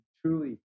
truly